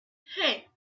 hey